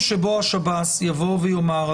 במקום שבו השב"ס יאמר,